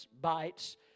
bites